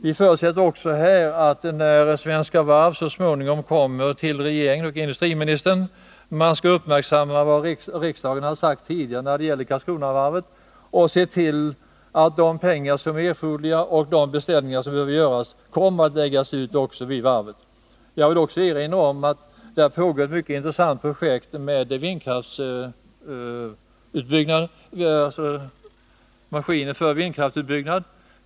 Vi förutsätter också här att man, när Svenska Varv så småningom kommer till regeringen, uppmärksammar vad riksdagen tidigare sagt beträffande Karlskronavarvet och ser till att medel anslås och de beställningar som behöver göras läggs ut vid varvet. Jag vill också erinra om att det pågår ett mycket intressant projekt med maskiner för utvinning av vindkraft.